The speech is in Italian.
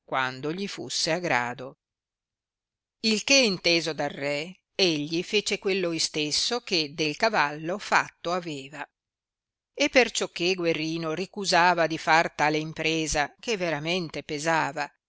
quando gli fusse a grado il che inteso dal re egli fece quello istesso che del cavallo fatto aveva e perciò che guerrino ricusava di far tale impresa che veramente pesava